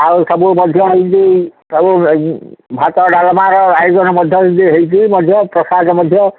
ଆଉ ସବୁ ମଧ୍ୟ ଏମତି ସବୁ ଭାତ ଡାଲମାର ଆୟୋଜନ ମଧ୍ୟ ଏମିତି ହୋଇଛି ମଧ୍ୟ ପ୍ରସାଦ ମଧ୍ୟ